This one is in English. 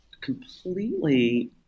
completely